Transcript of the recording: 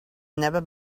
never